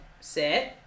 sit